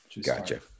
gotcha